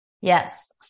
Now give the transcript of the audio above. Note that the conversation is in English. Yes